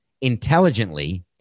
intelligently